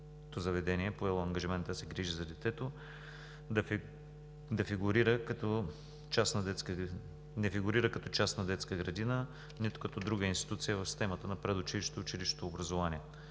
заведение, поело ангажимент да се грижи за детето, да фигурира като частна детска градина, нито като друга институция в системата на предучилищното и училищното образование.